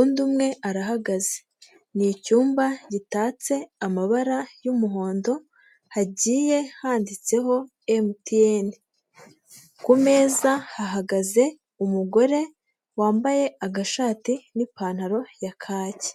undi umwe arahagaze, ni icyumba gitatse amabara y'umuhondo hagiye handitseho emutiyene, ku meza hahagaze umugore wambaye agashati n'ipantaro ya kaki.